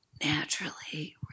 naturally